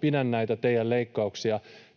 pidän näitä teidän leikkauksianne